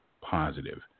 positive